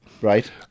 Right